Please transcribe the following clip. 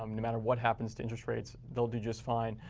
um no matter what happens to interest rates, they'll do just fine.